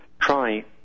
try